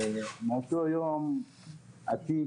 מאותו יום התיק